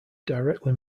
directly